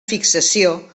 fixació